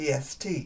PST